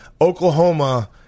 Oklahoma